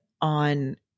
on